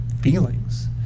feelings